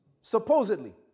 supposedly